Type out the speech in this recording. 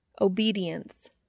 Obedience